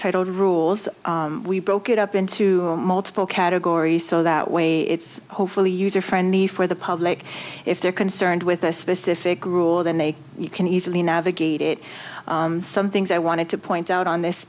titled rules we broke it up into multiple categories so that way it's hopefully user friendly for the public if they're concerned with a specific rule then they can easily navigate it some things i wanted to point out on this